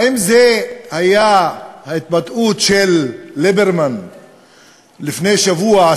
האם זאת הייתה ההתבטאות של ליברמן לפני שבוע,